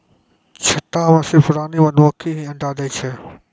छत्ता मॅ सिर्फ रानी मधुमक्खी हीं अंडा दै छै